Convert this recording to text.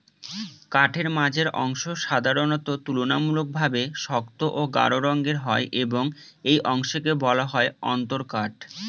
কাঠের মাঝের অংশ সাধারণত তুলনামূলকভাবে শক্ত ও গাঢ় রঙের হয় এবং এই অংশকে বলা হয় অন্তরকাঠ